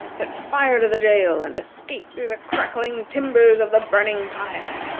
set fire to the jail, and escape through the crackling timbers of the burning pile?